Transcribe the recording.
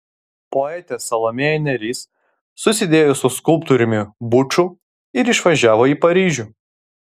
poetė salomėja nėris susidėjo su skulptoriumi buču ir išvažiavo į paryžių